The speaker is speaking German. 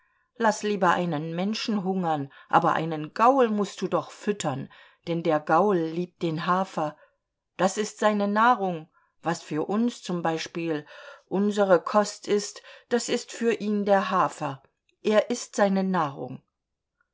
laß lieber einen menschen hungern aber einen gaul mußt du doch füttern denn der gaul liebt den hafer das ist seine nahrung was für uns zum beispiel unsere kost ist das ist für ihn der hafer er ist seine nahrung